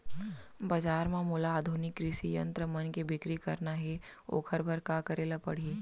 बजार म मोला आधुनिक कृषि यंत्र मन के बिक्री करना हे ओखर बर का करे ल पड़ही?